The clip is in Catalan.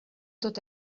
tot